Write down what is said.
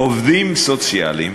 עובדים סוציאליים